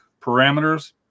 parameters